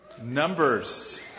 Numbers